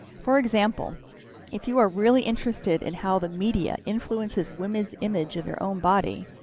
for example if you are really interested in how the media influences women's image of their own bodies,